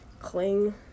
cling